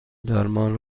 درمان